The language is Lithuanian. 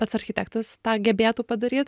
pats architektas tą gebėtų padaryt